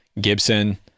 Gibson